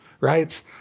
right